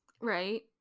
right